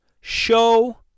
Show